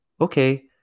okay